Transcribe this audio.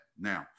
Now